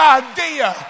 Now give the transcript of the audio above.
idea